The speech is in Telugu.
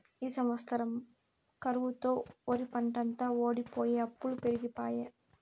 ఈ సంవత్సరం కరువుతో ఒరిపంటంతా వోడిపోయె అప్పులు పెరిగిపాయె